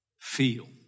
feel